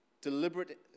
Deliberate